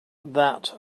that